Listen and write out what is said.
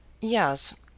Yes